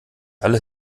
alle